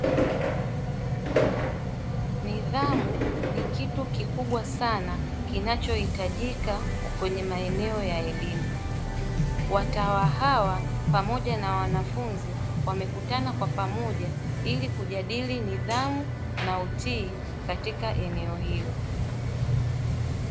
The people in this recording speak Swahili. Nidhamu ni kitu kikubwa sana kinachohitjika kwenye maeneo ya elimu, watawa hawa pamoja na wanafunzi wamekutana kwa pamoja ili kujadili nidhamu na utii, katika eneo hilo.